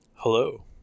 Hello